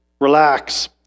Relax